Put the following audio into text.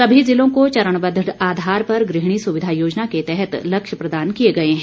सभी जिलों को चरणबद्व आधार पर गृहिणी सुविधा योजना के तहत लक्ष्य प्रदान किए गए हैं